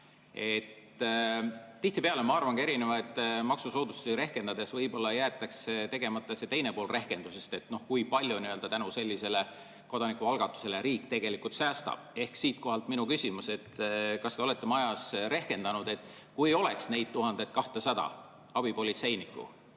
Tihtipeale, ma arvan, ka erinevaid maksusoodustusi rehkendades võib-olla jäetakse tegemata see teine pool rehkendusest ehk kui palju tänu sellisele kodanikualgatusele riik tegelikult säästab. Siitkohalt minu küsimus: kas te olete majas rehkendanud, et kui ei oleks neid 1200 abipolitseinikku,